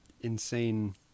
insane